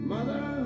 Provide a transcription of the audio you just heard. Mother